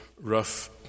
rough